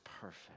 perfect